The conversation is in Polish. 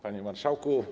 Panie Marszałku!